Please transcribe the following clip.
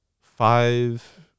Five